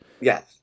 Yes